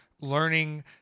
learning